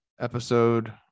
episode